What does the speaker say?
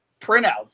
printouts